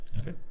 Okay